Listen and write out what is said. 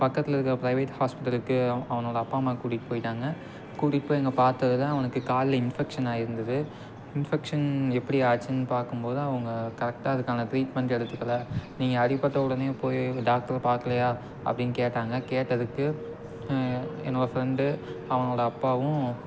பக்கத்தில் இருக்க ப்ரைவேட் ஹாஸ்பிட்டலுக்கு அவனோட அப்பா அம்மா கூட்டிட்டு போய்ட்டாங்க கூட்டிட்டு போய் அங்கே பார்த்ததுல அவனுக்கு காலில் இன்ஃபெக்ஷன் ஆகியிருந்துது இன்ஃபெக்ஷன் எப்படி ஆச்சுன்னு பார்க்கும்போது அவங்க கரெக்டாக அதுக்கான ட்ரீட்மெண்ட் எடுத்துக்கலை நீங்கள் அடிபட்ட உடனே போய் டாக்டரை பார்க்கலையா அப்படினு கேட்டாங்க கேட்டதுக்கு என்னோட ஃப்ரெண்டு அவனோட அப்பாவும்